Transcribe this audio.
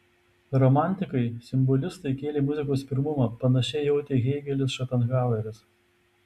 romantikai simbolistai kėlė muzikos pirmumą panašiai jautė hėgelis šopenhaueris